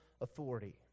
authority